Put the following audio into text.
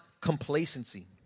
complacency